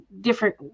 different